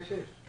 יושבת-הראש,